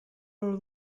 our